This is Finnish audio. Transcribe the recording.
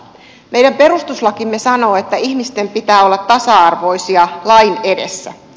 meidän perustuslakimme sanoo että ihmisten pitää olla tasa arvoisia lain edessä